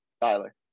Tyler